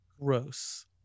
Gross